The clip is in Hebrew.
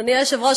אדוני היושב-ראש,